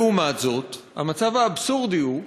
לעומת זאת, המצב האבסורדי הוא,